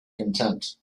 contempt